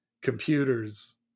computers